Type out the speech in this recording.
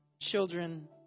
children